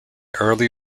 early